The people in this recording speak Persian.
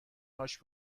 هاش